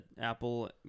Apple